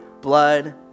blood